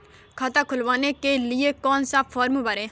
खाता खुलवाने के लिए कौन सा फॉर्म भरें?